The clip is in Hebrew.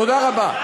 תודה רבה.